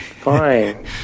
Fine